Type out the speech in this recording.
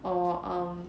or um